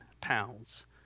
pounds